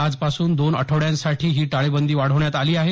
आजपासून दोन आठवड्यासाठी ही टाळेबंदी वाढवण्यात आली आहे